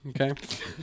Okay